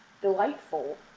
delightful